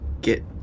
get